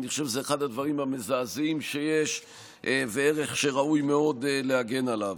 אני חושב שזה אחד הדברים המזעזעים שיש וערך שראוי מאוד להגן עליו.